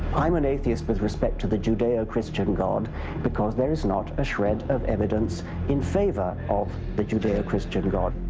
i'm an atheist with respect to the judeo-christian god because there is not a shred of evidence in favor of the judeo-christian god.